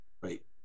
Right